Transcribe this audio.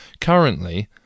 Currently